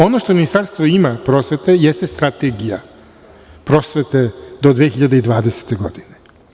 Ono što Ministarstvo prosvete ima jeste Strategija prosvete do 2020. godine.